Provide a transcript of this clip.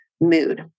mood